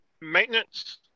maintenance